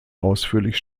ausführlich